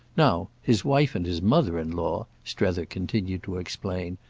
now his wife and his mother-in-law, strether continued to explain,